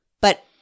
but-